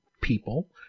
people